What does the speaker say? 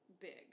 big